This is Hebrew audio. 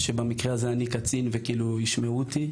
במקרה הזה אני קצין וישמעו אותי.